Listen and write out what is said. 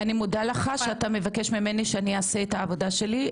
אני מודה לך שאתה מבקש ממני שאני אעשה את העבודה שלי.